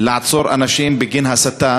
לעצור בגין הסתה.